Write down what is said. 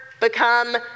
become